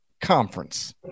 Conference